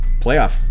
playoff